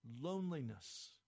loneliness